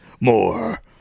More